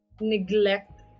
neglect